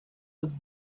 was